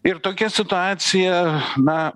ir tokia situacija na